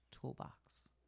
toolbox